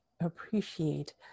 appreciate